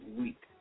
week